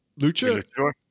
Lucha